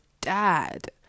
dad